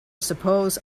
suppose